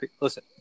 Listen